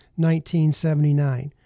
1979